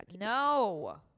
No